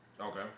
Okay